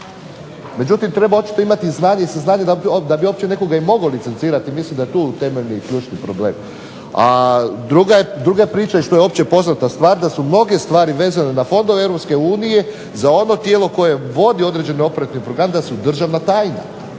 Međutim treba očito ima znanje i saznanje da bi uopće nekoga i mogao licencirati, mislim da je tu temeljni i ključni problem. A druga je priča, što je opće poznat stvar da su mnoge stvari vezane na fondove Europske unije za ono tijelo koje vodi određeni operativni program, da su državna tajnica,